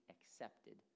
accepted